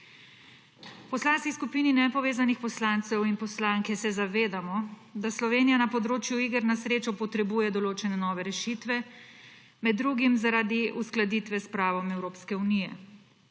V Poslanski skupini nepovezanih poslancev se zavedamo, da Slovenija na področju iger na srečo potrebuje določene nove rešitve, med drugim zaradi uskladitve s pravom Evropske unije.